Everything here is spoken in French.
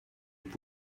vous